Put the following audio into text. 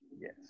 Yes